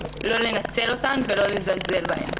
לא לנצל אותן ולא לזלזל בהן,